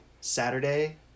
Saturday